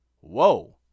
Whoa